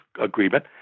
agreement